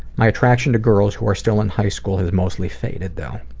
my attraction to girls who are still in high school has mostly faded though.